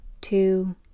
two